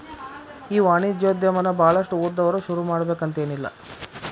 ಈ ವಾಣಿಜ್ಯೊದಮನ ಭಾಳಷ್ಟ್ ಓದ್ದವ್ರ ಶುರುಮಾಡ್ಬೆಕಂತೆನಿಲ್ಲಾ